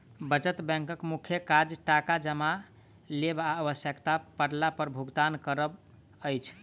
बचत बैंकक मुख्य काज टाका जमा लेब आ आवश्यता पड़ला पर भुगतान करब अछि